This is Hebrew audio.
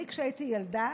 כשהייתי ילדה